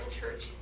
Church